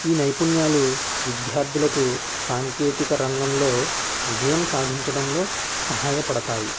ఈ నైపుణ్యాలు విద్యార్థులకు సాంకేతిక రంగంలో విజయం సాధించడంలో సహాయపడతాయి